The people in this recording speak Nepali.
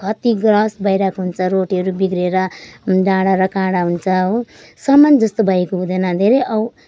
क्षतिग्रस्त भइरहेको हुन्छ रोडहरू बिग्रिएर डाँडा र काँडा हुन्छ हो समान जस्तो भएको हुँदैन धेरै